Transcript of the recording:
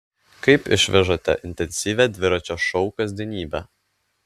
kaip išvežate intensyvią dviračio šou kasdienybę